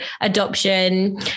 adoption